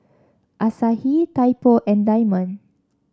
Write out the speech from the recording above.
Asahi Typo and Diamond